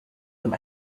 them